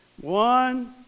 One